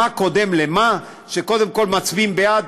מה קודם למה, שקודם כול מצביעים בעד,